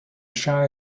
shire